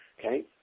Okay